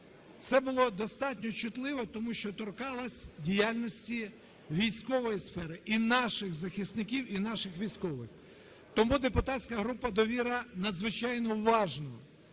це було достатньо чутливо, тому що торкалося діяльності військової сфери і наших захисників, і наших військових. Тому депутатська група "Довіра" надзвичайно уважно